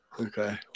Okay